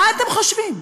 מה אתם חושבים,